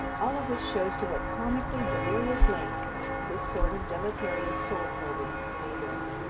all of which shows to what comically delirious lengths this sort of deleterious soul-probing may go.